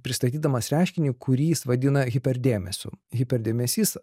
pristatydamas reiškinį kurį jis vadina hiper dėmesiu hiper dėmesys